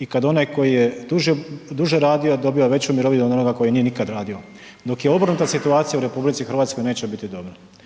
i kada onaj koji je duže radio dobiva veću mirovinu od onoga koji nije nikada radio. Dok je obrnuta situacija u RH neće biti dobro.